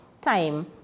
time